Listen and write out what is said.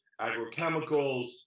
agrochemicals